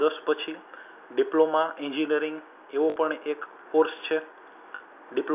એટલે જે શહેરના અખબારો એ થોડું વધારે એમાં